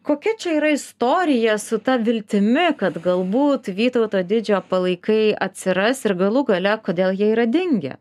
kokia čia yra istorija su ta viltimi kad galbūt vytauto didžiojo palaikai atsiras ir galų gale kodėl jie yra dingę